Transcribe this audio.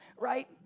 Right